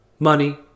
money